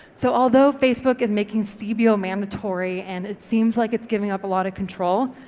so although facebook is making cbo mandatory and it seems like it's giving up a lot of control,